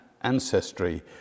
ancestry